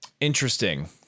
Interesting